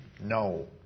No